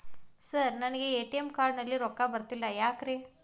Sir ನನಗೆ ATM card ನಲ್ಲಿ ರೊಕ್ಕ ಬರತಿಲ್ಲ ಯಾಕ್ರೇ?